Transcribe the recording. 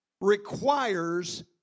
requires